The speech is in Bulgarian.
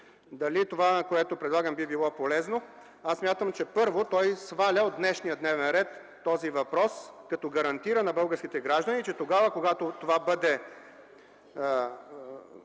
Дали това, което предлагам, би било полезно? Смятам, че първо, той сваля от днешния дневен ред този въпрос, като гарантира на българските граждани, че когато това бъде